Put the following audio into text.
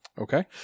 Okay